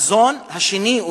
החזון השני,